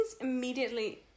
immediately